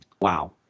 Wow